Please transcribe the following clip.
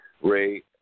Ray